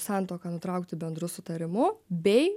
santuoką nutraukti bendru sutarimu bei